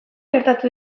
gertatu